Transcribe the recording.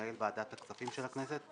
מנהל ועדת הכספים של הכנסת,